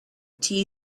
tea